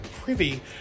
privy